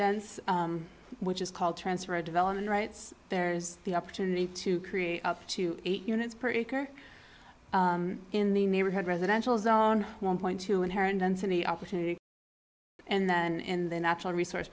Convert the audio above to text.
dense which is called transfer of development rights there's the opportunity to create up to eight units per acre in the neighborhood residential zone one point two inherent density opportunity and then in the natural resource